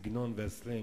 הסגנון והסלנג,